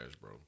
bro